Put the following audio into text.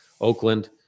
Oakland